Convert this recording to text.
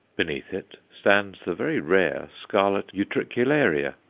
beneath it stands the very rare scarlet utricularia,